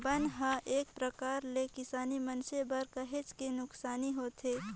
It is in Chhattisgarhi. बन हर एक परकार ले किसान मइनसे बर काहेच के नुकसानी होथे